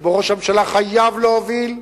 שבו ראש הממשלה חייב להוביל,